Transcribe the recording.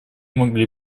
могли